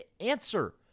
answer